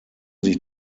sich